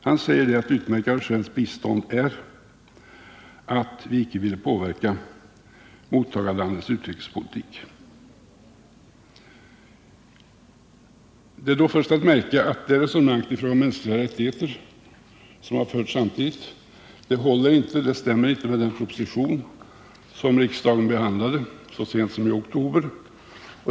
Han sade att det är utmärkande för svenskt bistånd att vi icke vill påverka mottagarlandets utrikespolitik. Det är då först att märka att det resonemang i fråga om mänskliga rättigheter som samtidigt har förts inte håller. Det stämmer inte med den proposition som avgavs i maj och som riksdagen behandlade så sent som i oktober.